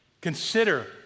Consider